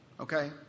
Okay